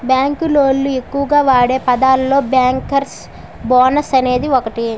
bank లోళ్ళు ఎక్కువగా వాడే పదాలలో బ్యేంకర్స్ బోనస్ అనేది ఒకటి